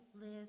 live